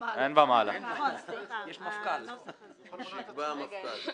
זה יעלה לרמת השר לביטחון פנים ושר הבריאות.